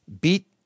Beat